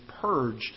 purged